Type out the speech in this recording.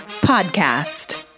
podcast